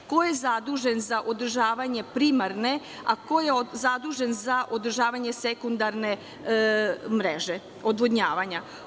Ko je zadužen za održavanje primarne, a ko je zadužen za održavanje sekundarne mreže odvodnjavanja?